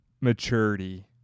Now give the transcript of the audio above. maturity